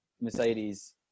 Mercedes